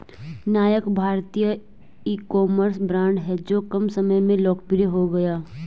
नायका भारतीय ecommerce brand हैं जो कम समय में लोकप्रिय हो गया